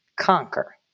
conquer